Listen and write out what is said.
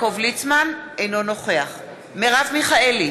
אינו נוכח מרב מיכאלי,